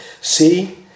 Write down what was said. See